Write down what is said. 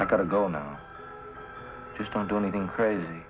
i gotta go now just don't do anything crazy